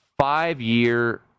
five-year